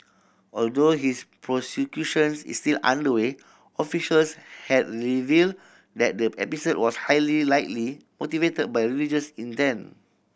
although his prosecutions is still underway officials have revealed that the episode was highly likely motivated by religious intent